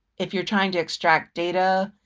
if you're trying to extract data,